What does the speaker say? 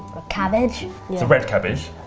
cabbage? it's a red cabbage